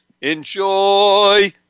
enjoy